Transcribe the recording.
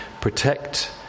protect